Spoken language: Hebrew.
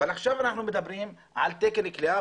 אבל עכשיו אנחנו מדברים על תקן כליאה